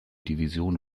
division